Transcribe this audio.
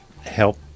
help